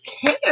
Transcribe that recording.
care